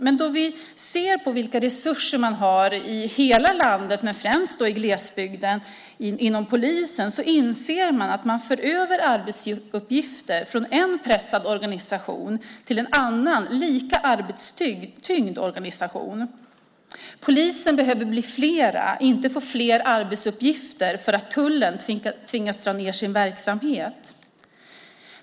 Men då man ser på vilka resurser polisen har i landet, främst i glesbygden, inser man att arbetsuppgifter förs över från en pressad organisation till en annan lika arbetstyngd organisation. Poliserna behöver bli fler, inte få fler arbetsuppgifter för att tullen tvingas dra ned på sin verksamhet.